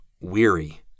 weary